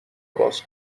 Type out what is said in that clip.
باز